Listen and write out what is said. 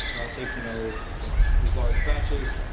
or i'll take you know you know these large batches.